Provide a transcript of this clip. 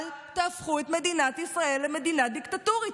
אל תהפכו את מדינת ישראל למדינה דיקטטורית.